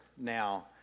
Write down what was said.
now